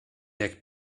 jak